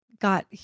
got